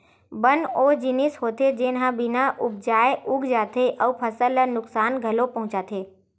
बन ओ जिनिस होथे जेन ह बिन उपजाए उग जाथे अउ फसल ल नुकसान घलोक पहुचाथे